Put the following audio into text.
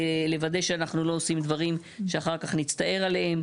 לוודא שאנחנו לא עושים דברים שאחר כך נצטער עליהם,